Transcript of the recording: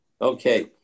Okay